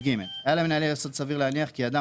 (יג)היה למנהל יסוד סביר להניח כי אדם